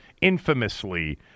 infamously